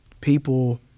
People